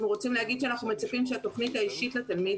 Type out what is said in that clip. אנחנו רוצים לומר שאנחנו מצפים שהתוכנית האישית לתלמיד